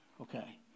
okay